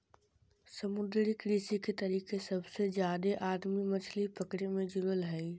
समुद्री कृषि के तरीके सबसे जादे आदमी मछली पकड़े मे जुड़ल हइ